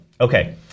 okay